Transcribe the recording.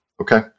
Okay